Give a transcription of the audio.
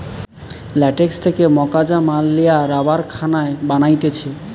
latex থেকে মকাঁচা মাল লিয়া রাবার কারখানায় বানাতিছে